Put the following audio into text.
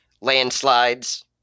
landslides